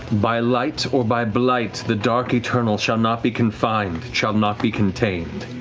by light or by blight, the dark eternal shall not be confined, shall not be contained.